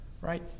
right